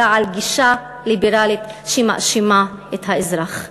אלא על גישה ליברלית שמאשימה את האזרח,